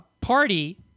party